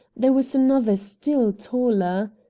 there was another still taller.